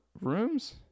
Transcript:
rooms